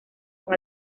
con